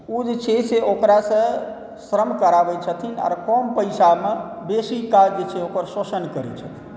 ओ जे छै से ओकरासँ श्रम कराबै छथिन आ कम पैसामे बेसी काज जे छै ओकर शोषण करै छथिन